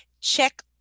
check